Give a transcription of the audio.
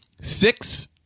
six